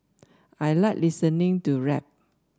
I like listening to rap